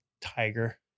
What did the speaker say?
tiger